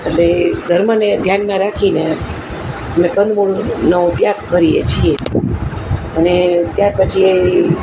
અટલે ધર્મને ધ્યાનમાં રાખીને અને કંદમૂળનો ત્યાગ કરીએ છીએ અને ત્યાર પછી એ